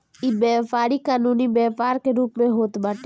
इ व्यापारी कानूनी व्यापार के रूप में होत बाटे